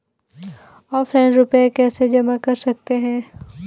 Offline रुपये कैसे जमा कर सकते हैं?